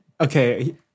okay